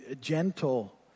gentle